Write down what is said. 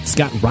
Scott